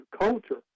culture